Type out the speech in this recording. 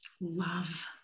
Love